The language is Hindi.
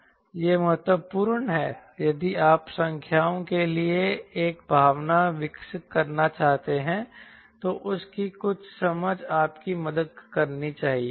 ये महत्वपूर्ण हैं यदि आप संख्याओं के लिए एक भावना विकसित करना चाहते हैं तो उस की कुछ समझ आपकी मदद करनी चाहिए